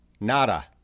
Nada